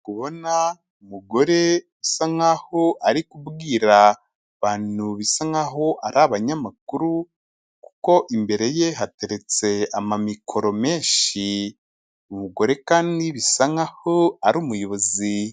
Kubona umugore asa nk'aho ari kubwira abantu bisa nk'aho ari abanyamakuru kuko imbere ye hateretse amamikoro menshi. Umugore kandi bisa nk'aho ari umuyobozi.